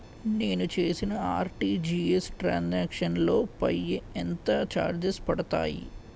నేను చేసిన RTGS transaction లో పై ఎంత చార్జెస్ పడతాయి?